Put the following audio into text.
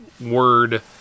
word